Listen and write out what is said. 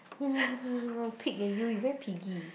pig eh you you very piggy